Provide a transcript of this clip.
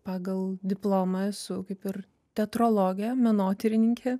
pagal diplomą esu kaip ir tetrologė menotyrininkė